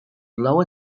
lower